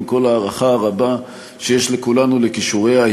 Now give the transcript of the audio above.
עם כל ההערכה הרבה שיש לכולנו לכישוריה,